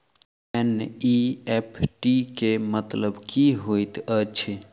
NEFT केँ मतलब की होइत अछि?